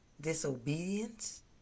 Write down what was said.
Disobedience